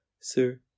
Sir